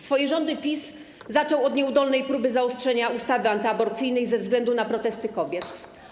Swoje rządy PiS zaczął od nieudolnej próby zaostrzenia ustawy antyaborcyjnej ze względu na protesty kobiet.